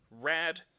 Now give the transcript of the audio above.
Rad